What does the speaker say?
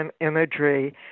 imagery